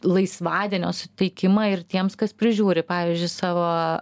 laisvadienio suteikimą ir tiems kas prižiūri pavyzdžiui savo